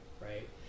right